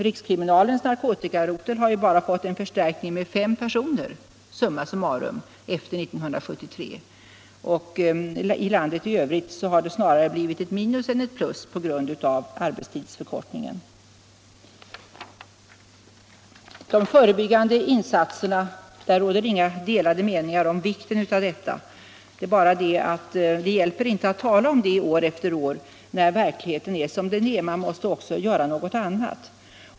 Rikskriminalens narkotikarotel har ju bara fått en förstärkning med summa summarum fem personer efter 1973 och i landet i övrigt har det snarare blivit ett minus än ett plus i personaltillgången på grund av arbetstidsförkortningen. Om de förebyggande insatsernas vikt råder det inga delade meningar. Det är bara det att det inte hjälper att tala om dem år efter år när verkligheten är som den är. Man måste också göra något annat.